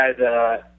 guys